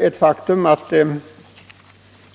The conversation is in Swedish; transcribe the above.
Ett faktum är att